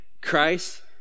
Christ